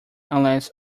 unless